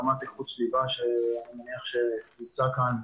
קמ"ט איכות סביבה שאני מניח שנמצא כאן,